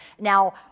Now